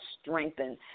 strengthened